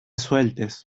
sueltes